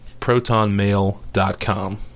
protonmail.com